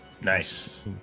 Nice